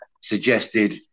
suggested